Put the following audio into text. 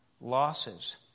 Losses